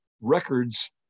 records